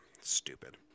Stupid